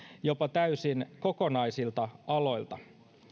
jopa täysin kokonaisilta aloilta